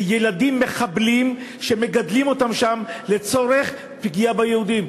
זה ילדים מחבלים שמגדלים אותם שם לצורך פגיעה ביהודים.